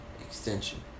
extension